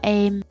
em